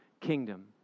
kingdom